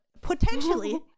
potentially